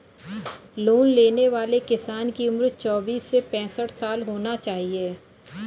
loan लेने वाले किसान की उम्र चौबीस से पैंसठ साल होना चाहिए